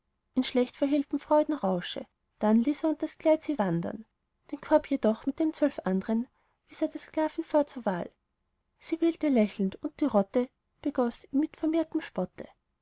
in schlecht verhehltem freudenrausche dann ließ er unters kleid ihn wandern den korb jedoch mit den zwölf andern wies er der sklavin vor zur wahl sie wählte lachend und die rotte begoß ihn mit vermehrtem spotte